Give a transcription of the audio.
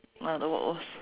uh what what's